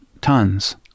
tons